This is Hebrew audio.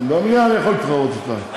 במליאה אני יכול להתחרות אתך,